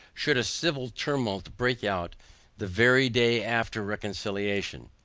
should a civil tumult break out the very day after reconciliation?